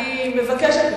אני מבקשת ממך.